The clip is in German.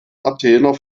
athener